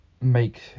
make